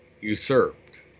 usurped